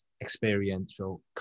experiential